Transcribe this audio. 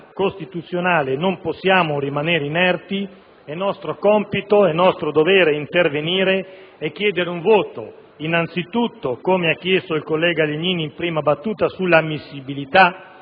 costituzionale, non possiamo rimanere inerti. È nostro compito e dovere intervenire e chiedere un voto, innanzitutto - come ha chiesto il collega Legnini in prima battuta - sulla ammissibilità